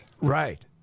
Right